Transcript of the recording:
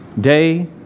day